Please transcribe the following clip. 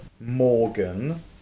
Morgan